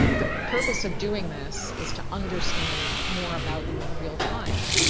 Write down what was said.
the purpose of doing this is to understand more about you in real time.